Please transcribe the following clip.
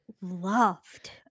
loved